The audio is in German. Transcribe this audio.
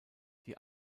die